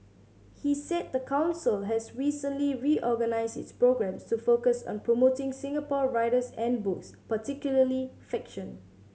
he said the council has recently reorganised its programmes to focus on promoting Singapore writers and books particularly fiction